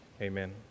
amen